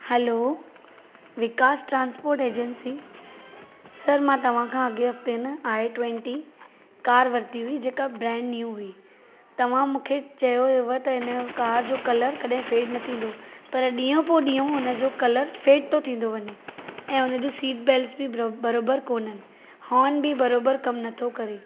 hello Vikas transport agency sir मां तव्हां खां अॻे हफ़्ते न आई टुवेंटी कारि वरती हुई जेका ब्रेंड न्यू हुई तव्हां मूंखे चयो होयव त इन जो कार जो कलरु कॾहिं फेड न थींदो पर ॾीहुं पोइ ॾींहुं उन जो कलरु फेड थो थींदो वञे ऐं हुन जो सीट बैल्टस बि बरोबर कोन्हनि हॉर्न बि बरोबर कमु न थो करे